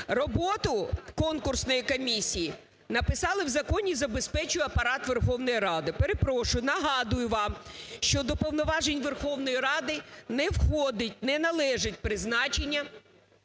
Роботу конкурсної комісії, написали в законі, забезпечує Апарат Верховної Ради. Перепрошую, нагадую вам, що до повноважень Верховної Ради не входить, не належить призначення